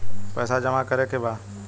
पैसा जमा करे के बा?